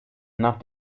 nach